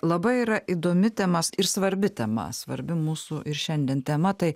labai yra įdomi tema ir svarbi tema svarbi mūsų ir šiandien tema tai